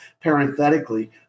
parenthetically